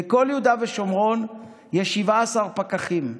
בכל יהודה ושומרון יש 17 פקחים,